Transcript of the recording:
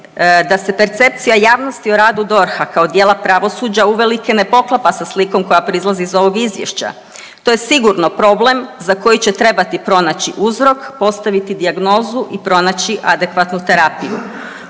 da se percepcija javnosti o radu DORH-a kao dijela pravosuđa uvelike ne poklapa sa slikom koja proizlazi iz ovog Izvješća. To je sigurno problem za koji će trebati pronaći uzrok, postaviti dijagnozu i pronaći adekvatnu terapiju.